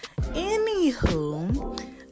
Anywho